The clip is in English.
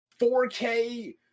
4K